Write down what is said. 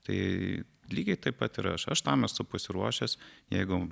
tai lygiai taip pat ir aš aš tam esu pasiruošęs jeigu